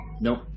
Nope